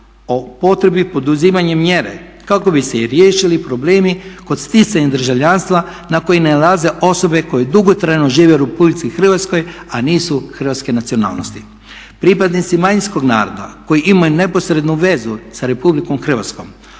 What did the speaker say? o potrebi poduzimanja mjere kako bi se riješili problemi kod sticanja državljanstva na koji nailaze osobe koje dugotrajno žive u Republici Hrvatskoj, a nisu hrvatske nacionalnosti. Pripadnici manjinskog naroda koji imaju neposrednu vezu sa Republikom Hrvatskom